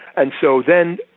and so then,